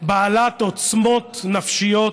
בעלת עוצמות נפשיות